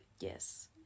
Yes